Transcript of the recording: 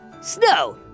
Snow